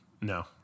No